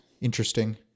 Interesting